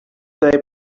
they